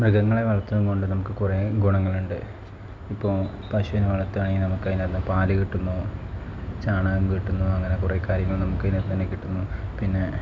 മൃഗങ്ങളെ വളർത്തുന്നത് കൊണ്ട് നമുക്ക് കുറേ ഗുണങ്ങൾ ഉണ്ട് ഇപ്പോൾ പശുവിന് വളർത്തുകയാണെങ്കിൽ നമുക്ക് അതിനക്ത്തു നിന്ന് പാൽ കിട്ടുന്നു ചാണകം കിട്ടുന്നു അങ്ങനെ കുറേ കാര്യങ്ങൾ നമുക്ക് അതിനാകത്ത് നിന്ന് തന്നെ കിട്ടുന്നു പിന്നെ